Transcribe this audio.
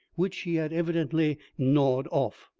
which he had evidently gnawed off.